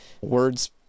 words